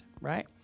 right